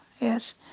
yes